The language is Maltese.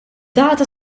data